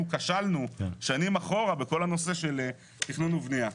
כשלנו שנים אחורה בכל הנושא של תכנון ובנייה.